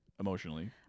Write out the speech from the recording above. Emotionally